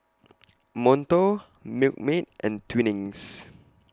Monto Milkmaid and Twinings